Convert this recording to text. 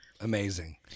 Amazing